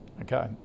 Okay